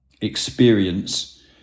experience